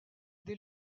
des